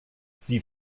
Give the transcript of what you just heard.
sie